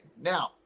Now